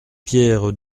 pierre